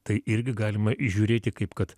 tai irgi galima įžiūrėti kaip kad